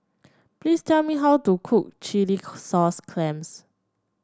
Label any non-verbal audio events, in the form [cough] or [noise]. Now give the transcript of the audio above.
please tell me how to cook Chilli [unintelligible] Sauce Clams